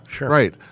right